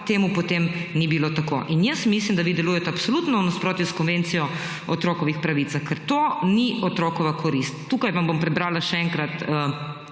temu potem ni bilo tako. In jaz mislim, da vi delujete absolutno v nasprotju s Konvencijo o otrokovih pravicah, ker to ni otrokova korist. Tukaj vam bom prebrala še enkrat